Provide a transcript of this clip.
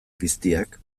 piztiak